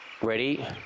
ready